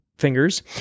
fingers